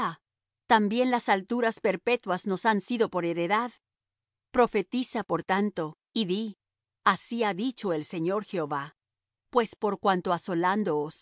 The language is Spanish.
también las alturas perpetuas nos han sido por heredad profetiza por tanto y di así ha dicho el señor jehová pues por cuanto asolándoos